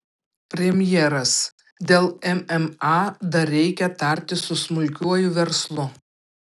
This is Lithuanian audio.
premjeras dėl mma dar reikia tartis su smulkiuoju verslu